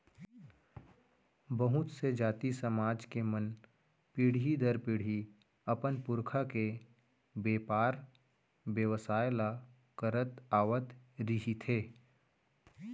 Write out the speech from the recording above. बहुत से जाति, समाज के मन पीढ़ी दर पीढ़ी अपन पुरखा के बेपार बेवसाय ल करत आवत रिहिथे